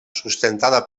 sustentada